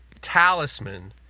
talisman